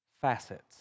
facets